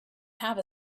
have